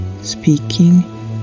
speaking